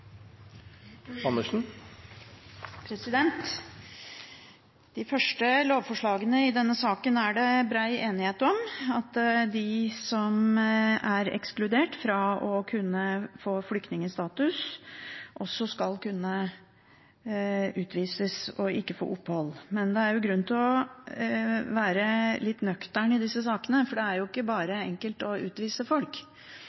det bred enighet om – at de som er ekskludert fra å kunne få flyktningstatus, også skal kunne utvises og ikke få opphold. Men det er grunn til å være litt nøktern i disse sakene, for det er jo ikke